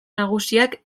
nagusiak